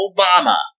Obama